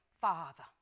Father